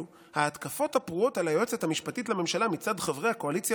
ההתקפות הפרועות על היועצת המשפטית לממשלה מצד חברי הקואליציה